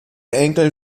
enkel